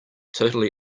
totally